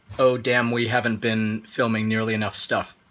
oh damn, we haven't been filming nearly enough stuff,